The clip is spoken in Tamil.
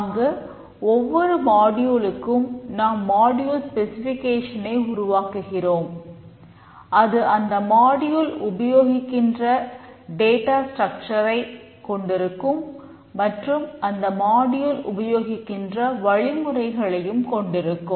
அங்கு ஒவ்வொரு மாடியூலுக்கும் உபயோகிக்கின்ற வழிமுறைகளையும் கொண்டிருக்கும்